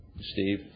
Steve